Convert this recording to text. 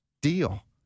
deal